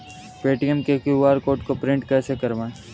Paytm के QR code को print कैसे करवाएँ?